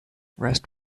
rest